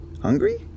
hungry